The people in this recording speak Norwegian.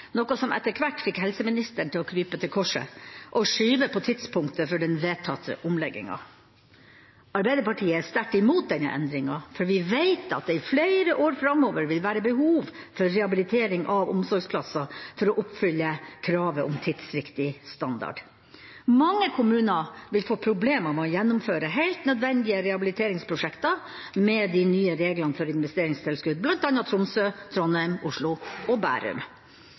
noe som etter hvert fikk helseministeren til å krype til korset og skyve på tidspunktet for den vedtatte omleggingen. Arbeiderpartiet er sterkt imot denne endringen, for vi vet at det i flere år framover vil være behov for rehabilitering av omsorgsplasser for å oppfylle kravet om tidsriktig standard. Mange kommuner vil få problemer med å gjennomføre helt nødvendige rehabiliteringsprosjekter med de nye reglene for investeringstilskudd, bl.a. Tromsø, Trondheim, Oslo og Bærum.